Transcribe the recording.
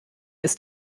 ist